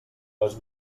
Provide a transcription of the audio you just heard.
les